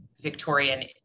Victorian